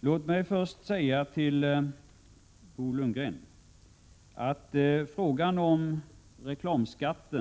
Herr talman! Låt mig först säga till Bo Lundgren att frågan om uttaget av reklamskatt